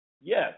Yes